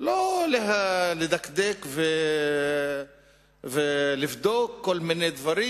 לא לדקדק ולבדוק כל מיני דברים,